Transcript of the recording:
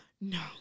No